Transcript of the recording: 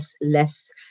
less